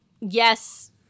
yes